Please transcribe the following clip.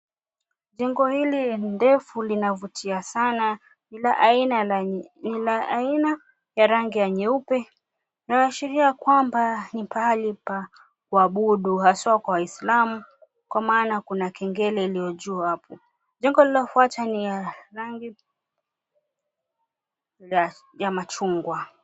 Jengo hili ndefu linavutia sana. Ni la aina ya rangi ya nyeupe inayoashiria kwamba ni pahali pa kuabudu hasa kwa waislamu kwa maana kuna kengele iliyo juu hapo. Jengo lililofuata ni ya rangi ya machungwa.